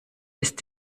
ist